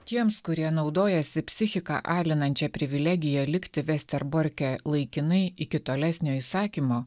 tiems kurie naudojasi psichiką alinančia privilegija likti vesterborke laikinai iki tolesnio įsakymo